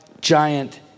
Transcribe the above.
giant